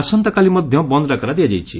ଆସନ୍ତାକାଲି ମଧ ବନ୍ଦ ଡାକରା ଦିଆଯାଇଛି